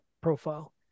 profile